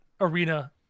Arena